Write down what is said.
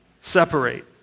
separate